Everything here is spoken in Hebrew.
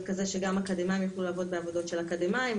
כזה שגם אקדמאים יוכלו לעבוד בעבודות של אקדמאים,